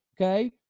Okay